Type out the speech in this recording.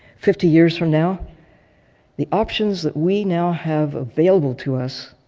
fifty years from now the options that we now have available to us